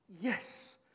Yes